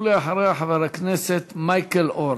ולאחריה, חבר הכנסת מייקל אורן.